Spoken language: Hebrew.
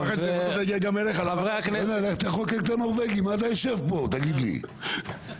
אם כך, מי בעד?